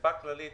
האסיפה הכללית